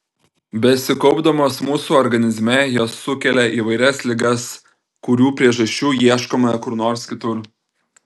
besikaupdamos mūsų organizme jos sukelia įvairias ligas kurių priežasčių ieškome kur nors kitur